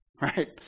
right